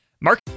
Mark